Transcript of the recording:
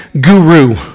guru